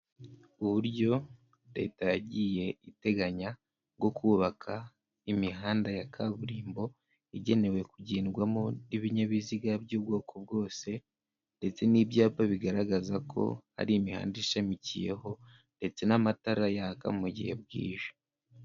Uburyo leta yagiye iteganya bwo kubaka imihanda ya kaburimbo igenewe kugendwamo n'ibinyabiziga by'ubwoko bwose ndetse n'ibyapa bigaragaza ko hari imihanda ishamikiyeho ndetse n'amatara yaka mu gihe bwije.